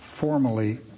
formally